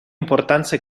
importanza